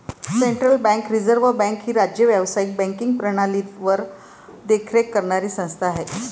central bank reserve bank ही राज्य व्यावसायिक बँकिंग प्रणालीवर देखरेख करणारी संस्था आहे